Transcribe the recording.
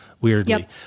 weirdly